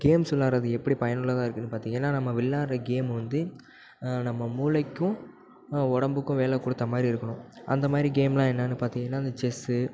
games விளையாடுறது எப்படி பயனுள்ளதாக இருக்குதுன்னு பார்த்தீங்கன்னா நம்ம விளையாடுற கேம் வந்து நம்ம மூளைக்கும் உடம்புக்கும் வேலை கொடுத்த மாதிரி இருக்கணும் அந்த மாதிரி கேம்லாம் என்னென்னு பார்த்தீங்கன்னா இந்த செஸ்ஸு